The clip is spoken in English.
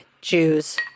Jews